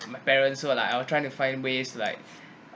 and my parents sort of like I'll try to find ways like